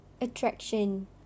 attraction